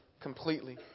completely